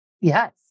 Yes